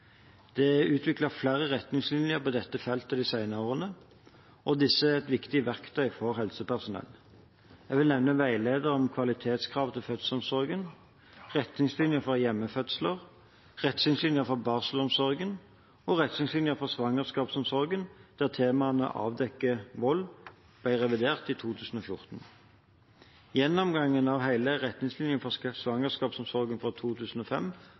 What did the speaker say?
Det er utviklet flere retningslinjer på dette feltet de senere årene, og disse er et viktig verktøy for helsepersonell. Jeg vil nevne veilederen om kvalitetskrav til fødselsomsorgen, retningslinje for hjemmefødsel, retningslinje for barselomsorgen og retningslinje for svangerskapsomsorgen, der temaet om å avdekke vold ble revidert i 2014. Gjennomgangen av hele retningslinjen for svangerskapsomsorgen fra 2005